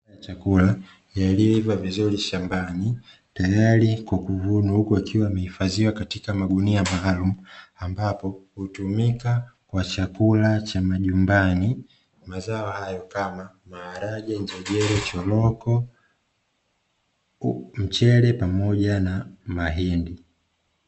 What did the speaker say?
Mazao ya chakula yaliyoiva vizuri shambani, tayari kwa kuvunwa huku yakiwa yamehifadhiwa katika magunia maalumu, ambapo hutumika kwa chakula cha majumbani, mazao hayo kama; maharage, njegere, choroko, mchele pamoja na mahindi.